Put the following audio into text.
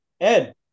Ed